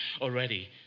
already